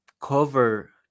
cover